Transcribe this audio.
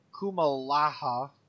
Kumalaha